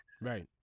Right